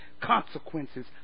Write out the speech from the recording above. consequences